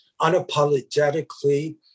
unapologetically